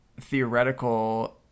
theoretical